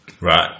Right